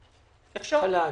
אפשר,